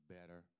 better